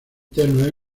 tenue